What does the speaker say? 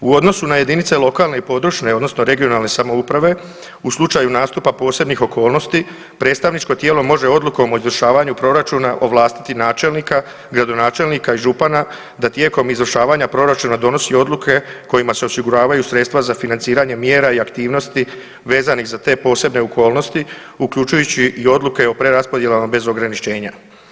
U odnosu na jedinice lokalne i područne (regionalne) samouprave u slučaju nastupa posebnih okolnosti, predstavničko tijelo može odlukom o izvršavanju proračuna ovlastiti načelnika, gradonačelnika i župana da tijekom izvršavanja proračuna donosi odluke kojima se osiguravaju sredstva za financiranje mjera i aktivnosti vezanih za te posebne okolnosti, uključujući i odluke o preraspodjelama bez ograničenja.